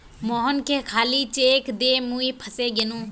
मोहनके खाली चेक दे मुई फसे गेनू